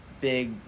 big